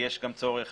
יש גם צורך